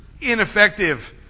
ineffective